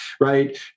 right